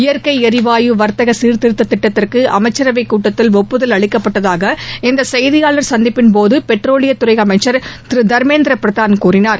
இயற்கை எரிவாயு வர்த்தக சீர்திருத்த திட்டத்திற்கு அமைச்சரவைக் கூட்டத்தில் ஒப்புதல் அளிக்கப்பட்டதாக இந்த செய்தியாளர் சந்திப்பின் போது பெட்ரோலியத் துறை அமைச்சர் திரு தர்மேந்திர பிரதான் கூறினார்